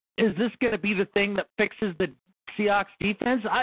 is this going to be the thing that fixes the seahawks defense?